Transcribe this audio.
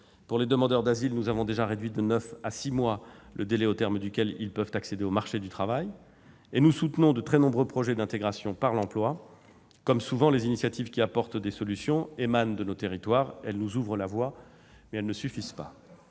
républicaine. Nous avons déjà réduit de neuf mois à six mois le délai au terme duquel les demandeurs d'asile peuvent accéder au marché du travail. Et nous soutenons de très nombreux projets d'intégration par l'emploi. Comme souvent, les initiatives qui apportent des solutions émanent de nos territoires ; elles nous ouvrent la voie, mais elles ne suffisent pas.